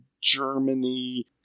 Germany